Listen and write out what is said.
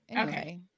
Okay